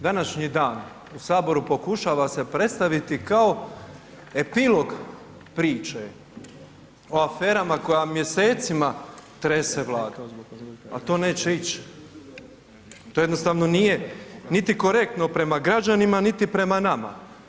Današnji dan u Saboru pokušava se predstaviti kao epilog priče o aferama koja mjesecima trese Vladu, a to neće ić, to jednostavno nije niti korektno prema građanima, niti prema nama.